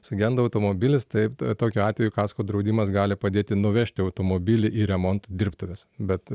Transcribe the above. sugenda automobilis taip t tokiu atveju kasko draudimas gali padėti nuvežti automobilį į remonto dirbtuves bet